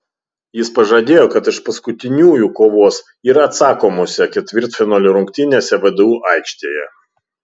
jis pažadėjo kad iš paskutiniųjų kovos ir atsakomose ketvirtfinalio rungtynėse vdu aikštėje